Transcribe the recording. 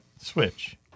switch